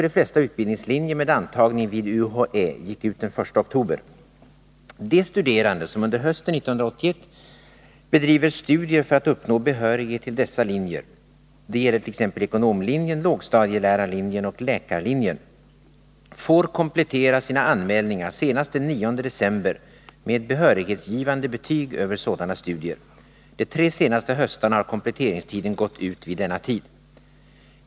De studerande som under hösten 1981 bedriver studier för att uppnå behörighet till dessa linjer — det gäller t.ex. ekonomlinjen, lågstadielärarlinjen och läkarlinjen — får komplettera sina anmälningar senast den 9 december med behörighetsgivande betyg över sådana studier. De tre senaste höstarna har kompletteringstiden gått ut vid denna tid.